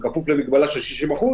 בכפוף למגבלה של 60%